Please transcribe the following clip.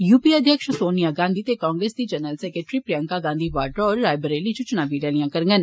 UP ए अध्यक्ष सोनिया गांधी ते कांगेस दी जनरल सैक्ट्री प्रियंका गांधी वार्डा होर रायबरेली इच चुनावी रैलिया करडन